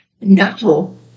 No